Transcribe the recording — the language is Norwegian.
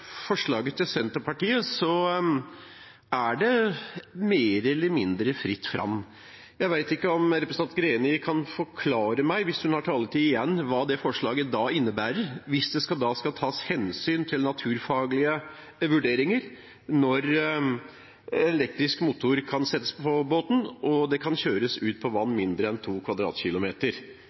forslaget til Senterpartiet, er det mer eller mindre fritt fram. Jeg vet ikke om representanten Greni kan forklare meg – hvis hun har taletid igjen – hva det forslaget innebærer, hvis det da skal tas hensyn til naturfaglige vurderinger av når elektrisk motor kan settes på båten og det kan kjøres på vann mindre enn